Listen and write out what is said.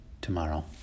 tomorrow